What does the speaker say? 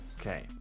Okay